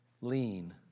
lean